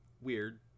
Weird